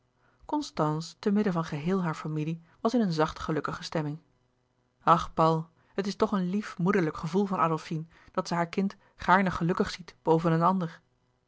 te midden van geheel hare familie was in een zacht gelukkige stemming ach paul het is toch een lief moederlijk gevoel van adolfine dat ze haar kind gaarne gelukkig ziet boven een ander